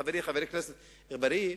חברי חבר הכנסת אגבאריה,